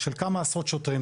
של כמה עשרות שוטרים.